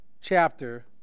chapter